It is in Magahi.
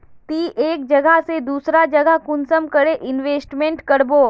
ती एक जगह से दूसरा जगह कुंसम करे इन्वेस्टमेंट करबो?